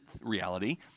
reality